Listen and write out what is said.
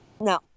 No